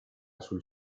sul